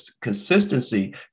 consistency